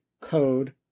code